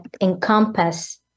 encompass